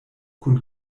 kun